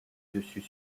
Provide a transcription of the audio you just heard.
dessus